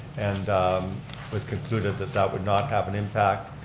and was concluded that that would not have an impact,